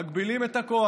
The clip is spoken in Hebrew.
מגבילים את הכוח.